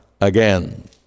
again